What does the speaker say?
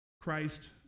Christ